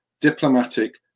diplomatic